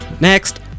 Next